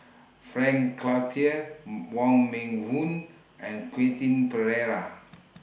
Frank Cloutier Wong Meng Voon and Quentin Pereira